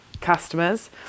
customers